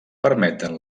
permeten